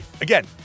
Again